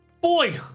Boy